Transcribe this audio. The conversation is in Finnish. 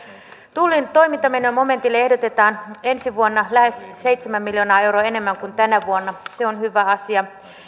tullin toimintamenomomentille ehdotetaan ensi vuonna lähes seitsemän miljoonaa euroa enemmän kuin tänä vuonna se on hyvä asia